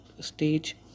stage